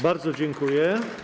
Bardzo dziękuję.